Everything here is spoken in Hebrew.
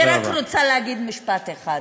אני רק רוצה להגיד משפט אחד,